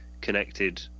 connected